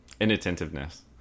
Inattentiveness